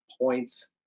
points